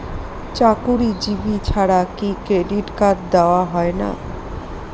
চাকুরীজীবি ছাড়া কি ক্রেডিট কার্ড দেওয়া হয় না?